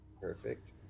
Perfect